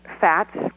fats